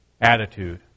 attitude